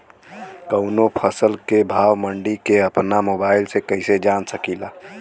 कवनो फसल के भाव मंडी के अपना मोबाइल से कइसे जान सकीला?